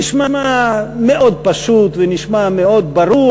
נשמע מאוד פשוט ונשמע מאוד ברור,